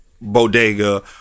bodega